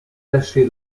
tâcher